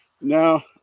now